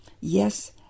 Yes